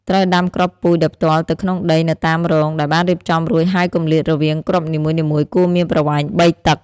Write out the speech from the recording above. ត្រូវដាំគ្រាប់ពូជដោយផ្ទាល់ទៅក្នុងដីនៅតាមរងដែលបានរៀបចំរួចហើយគម្លាតរវាងគ្រាប់នីមួយៗគួរមានប្រវែង ៣ តឹក។